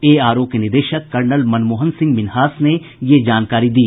ARO के निदेशक colonel Manmohan Singh Minhas ने यह जानकारी दी